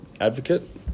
advocate